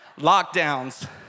Lockdowns